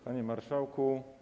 Panie Marszałku!